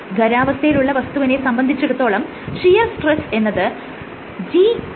ഖരാവസ്ഥയിലുള്ള വസ്തുവിനെ സംബന്ധിച്ചിടത്തോളം shear stress എന്നത് Gγ യാണ്